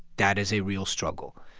that is a real struggle.